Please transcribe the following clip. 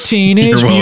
Teenage